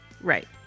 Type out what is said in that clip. Right